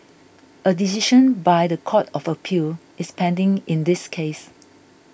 a decision by the Court of Appeal is pending in this case